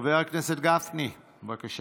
חבר הכנסת גפני, בבקשה.